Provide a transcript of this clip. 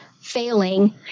failing